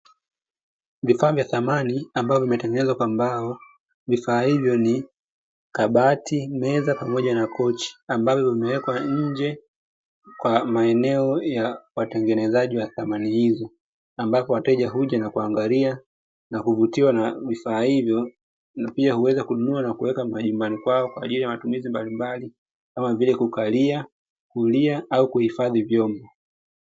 Vifaa vya samani ambavyo vimetengezwa kwa mbao, vifaa hivyo ni kabati meza pamoja na kochi ambavyo vimewekwa nje kwa maeneo ya watengenezaji wa samani hizo ambazo wateja huja kuziangalia na kuvutiwa na vifaa ivo pia huweza kununua na kuweka majumbani mwano kwaajili matumizi mbalimbali kama kukalia kulia au kuhifadhi vyombo.